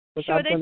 Sure